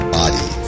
body